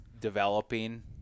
developing